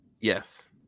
Yes